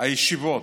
הישיבות.